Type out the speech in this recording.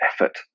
effort